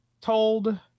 told